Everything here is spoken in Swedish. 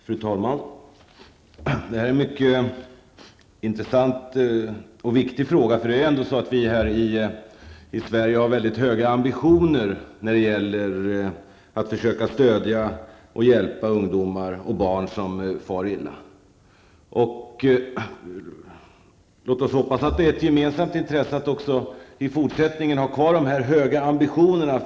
Fru talman! Det här är en mycket intressant och viktig fråga. Vi har här i Sverige mycket höga ambitioner när det gäller att försöka stödja och hjälpa ungdomar och barn som far illa. Låt oss hoppas att det är ett gemensamt intresse att även i fortsättningen ha kvar de höga ambitionerna.